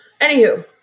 Anywho